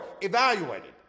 Evaluated